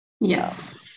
Yes